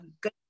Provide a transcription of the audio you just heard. good